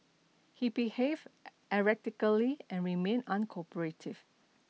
he behaved erratically and remained uncooperative